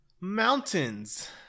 Mountains